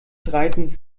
streiten